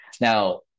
Now